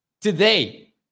today